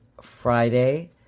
friday